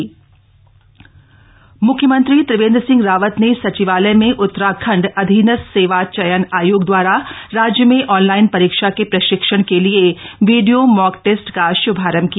video mock test मुख्यमंत्री त्रिवेन्द्र सिंह रावत ने सचिवालय में उत्तराखण्ड अधीनस्थ सेवा चयन आयोग दवारा राज्य में ऑनलाइन परीक्षा के प्रशिक्षण के लिए वीडियोमॉकटेस्ट का श्भारम्भ किया